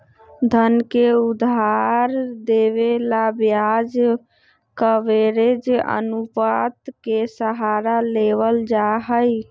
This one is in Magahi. धन के उधार देवे ला ब्याज कवरेज अनुपात के सहारा लेवल जाहई